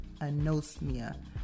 anosmia